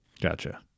Gotcha